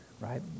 right